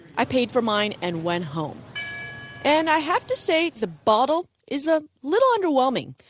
i paid for mine and went home and i have to say, the bottle is a little underwhelming.